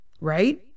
right